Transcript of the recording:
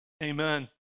Amen